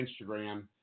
Instagram